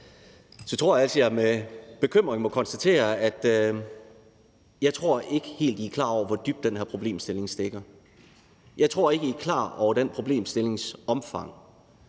her tror jeg altså, at jeg med bekymring må konstatere, at jeg ikke helt tror, at I er klar over, hvor dybt den her problemstilling stikker. Jeg tror ikke, at I er klar over den problemstillings omfang,